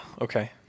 okay